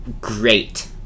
great